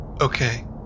Okay